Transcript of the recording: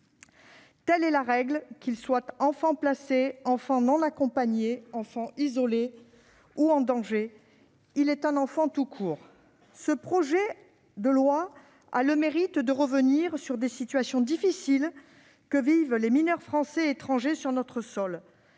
Telle est la règle : qu'il soit un enfant placé, un enfant non accompagné, un enfant isolé ou en danger, un enfant est avant tout un enfant tout court. Ce projet de loi a le mérite de revenir sur les situations difficiles que vivent les mineurs français et étrangers sur notre sol.